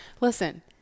Listen